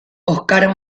oscar